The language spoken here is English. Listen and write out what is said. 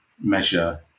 measure